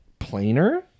plainer